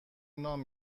نان